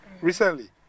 recently